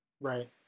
right